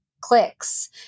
clicks